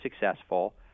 successful